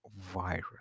virus